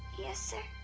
yes sir.